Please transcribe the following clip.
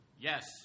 Yes